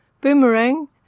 Boomerang